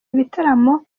ibitaramo